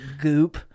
goop